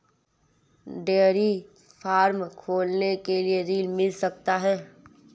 Dairy farm खोलने के लिए ऋण मिल सकता है?